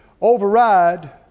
override